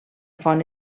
font